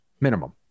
minimum